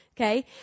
okay